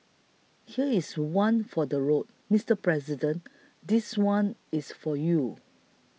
here is one for the road Mister President this one's for you